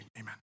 amen